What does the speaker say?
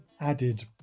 added